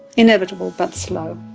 inevitable but slow.